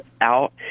out